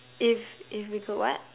if if we could what